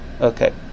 Okay